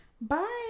bye